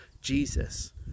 Jesus